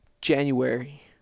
January